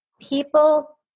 people